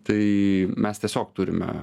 tai mes tiesiog turime